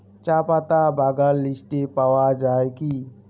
চাপাতা বাগান লিস্টে পাওয়া যায় কি?